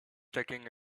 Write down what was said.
taking